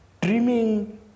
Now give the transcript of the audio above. dreaming